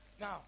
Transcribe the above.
Now